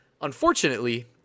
Unfortunately